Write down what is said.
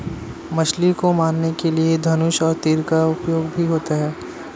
मछली को मारने के लिए धनुष और तीर का उपयोग भी होता है